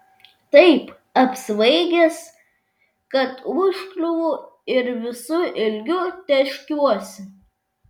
taip apsvaigęs kad užkliūvu ir visu ilgiu tėškiuosi